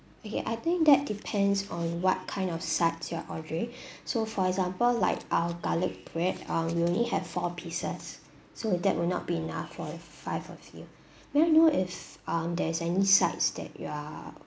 okay I think that depends on what kind of sides you're ordering so for example like our garlic bread um we only have four pieces so that will not be enough for five of you may I know if um there is any sides that you are